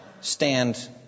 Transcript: stand